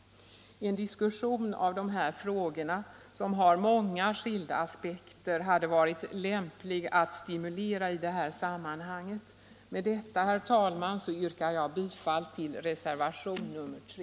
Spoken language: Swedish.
En diskussion av de här frågorna, som har många skilda aspekter, hade varit lämplig att stimulera i det här sammanhanget. Med detta, herr talman, yrkar jag bifall till reservationen 3.